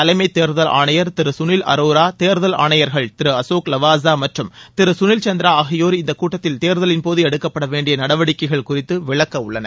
தலைமைத் தேர்தல் ஆணையர் திரு சுனில் அரோரா தேர்தல் ஆணையர்கள் அசோக் லவாசா மற்றும் திரு சுனில் சந்திரா ஆகியோர் இந்த கூட்டத்தில் தேர்தலின்போது எடுக்கப்பட வேண்டிய நடவடிக்கைகள் குறித்து விளக்க உள்ளனர்